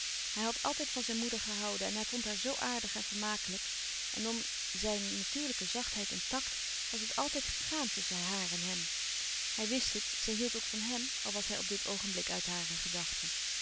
hij had altijd van zijn moeder gehouden en hij vond haar zoo aardig en vermakelijk en om zijn natuurlijke zachtheid en tact was het altijd gegaan tusschen haar en hem hij wist het zij hield ook van hem al was hij op dit oogenblik uit hare gedachte